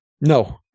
No